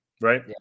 right